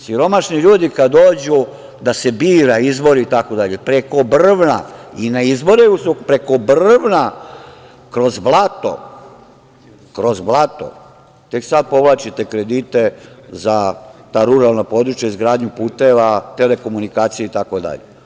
Siromašni ljudi kada dođu da se bira, izbori itd. preko brvna, kroz blato, tek sada povlačite kredite za ta ruralna područja, izgradnju puteva, telekomunikacije itd.